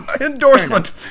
endorsement